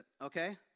okay